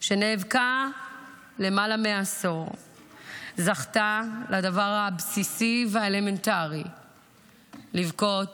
שנאבקה למעלה מעשור זכתה לדבר הבסיסי והאלמנטרי לבכות